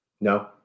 No